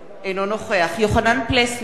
אינו נוכח יוחנן פלסנר,